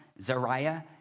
Zariah